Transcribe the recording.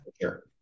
sure